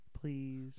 Please